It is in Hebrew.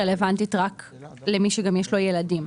רלוונטית רק למי שגם יש לו ילדים.